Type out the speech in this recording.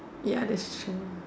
ya that's true